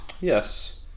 yes